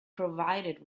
provided